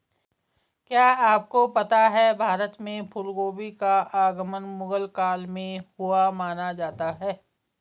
क्या आपको पता है भारत में फूलगोभी का आगमन मुगल काल में हुआ माना जाता है?